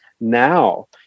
now